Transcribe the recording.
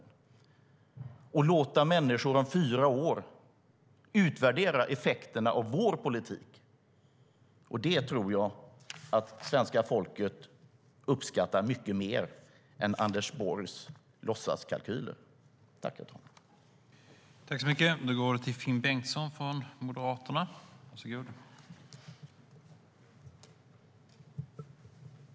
Vi kan låta människor om fyra år utvärdera effekterna av vår politik. Det tror jag att svenska folket uppskattar mycket mer än Anders Borgs låtsaskalkyler.